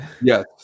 Yes